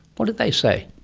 what did they say?